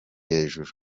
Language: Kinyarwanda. hejuru